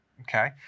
okay